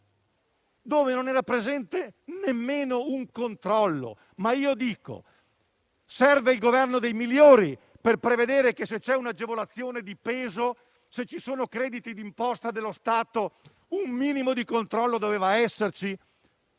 dove non era presente nemmeno un controllo. Serve il Governo dei migliori per prevedere che, se c'è un'agevolazione di peso, se ci sono crediti d'imposta dello Stato, un minimo di controllo deve esserci?